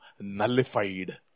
nullified